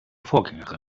vorgängerin